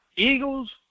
Eagles